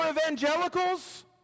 evangelicals